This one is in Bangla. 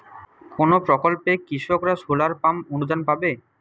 কোন প্রকল্পে কৃষকরা সোলার পাম্প অনুদান পাবে?